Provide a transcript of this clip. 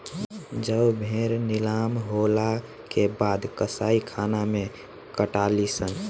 जब भेड़ नीलाम होला के बाद कसाईखाना मे कटाली सन